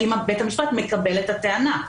האם בית המשפט מקבל את הטענה.